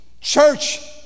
Church